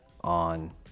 on